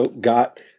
got